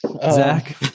Zach